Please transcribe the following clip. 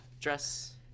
dress